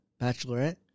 Bachelorette